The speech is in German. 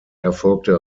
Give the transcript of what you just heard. erfolgte